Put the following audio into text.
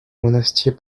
monastier